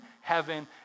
heaven